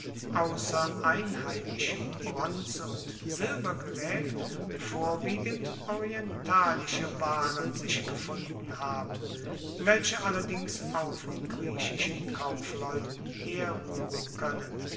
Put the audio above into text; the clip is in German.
ausser einheimischem bronze und silbergeraet vorwiegend orientalische waren sich gefunden haben welche allerdings auch von griechischen kaufleuten herruehren koennen